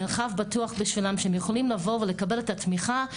מרחב בטוח שהם יכולים לבוא ולקבל את התמיכה,